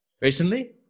Recently